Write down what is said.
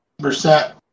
Percent